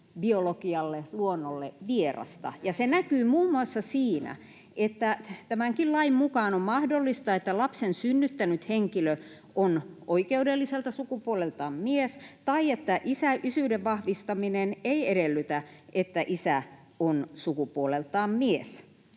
biologialle, luonnolle — vierasta. Se näkyy muun muassa siinä, että tämänkin lain mukaan on mahdollista, että lapsen synnyttänyt henkilö on oikeudelliselta sukupuoleltaan mies, tai että isyyden vahvistaminen ei edellytä, että isä on sukupuoleltaan mies.